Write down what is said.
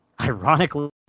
ironically